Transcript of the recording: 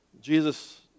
Jesus